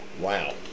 Wow